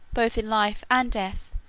both in life and death,